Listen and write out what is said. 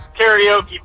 karaoke